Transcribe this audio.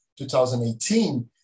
2018